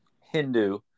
hindu